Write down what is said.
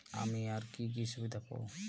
আমি আর কি কি সুবিধা পাব?